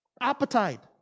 appetite